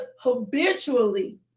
habitually